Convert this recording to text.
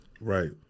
right